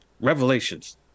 Revelations